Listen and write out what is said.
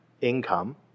income